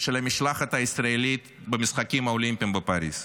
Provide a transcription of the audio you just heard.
של המשלחת הישראלית במשחקים האולימפיים בפריז.